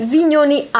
Vignoni